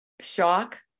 Shock